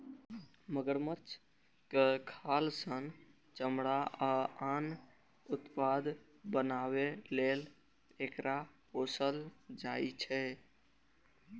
मगरमच्छक खाल सं चमड़ा आ आन उत्पाद बनाबै लेल एकरा पोसल जाइ छै